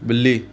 बिल्ली